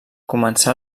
començà